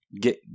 Get